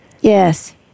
Yes